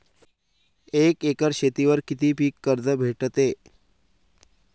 एक एकर शेतीवर किती पीक कर्ज भेटते?